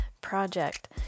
project